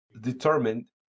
determined